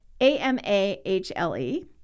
A-M-A-H-L-E